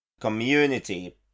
community